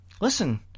listen